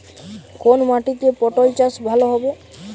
কোন মাটিতে পটল চাষ ভালো হবে?